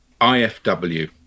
IFW